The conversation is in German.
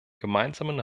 gemeinsamen